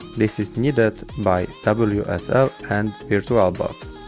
this is needed by wsl and virtualbox,